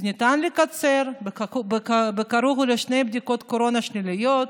אז ניתן לקצר, בכפוף לשתי בדיקות קורונה שליליות.